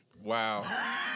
Wow